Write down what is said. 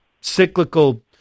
cyclical